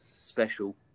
special